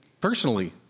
personally